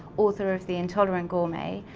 author of the intolerant gourmet,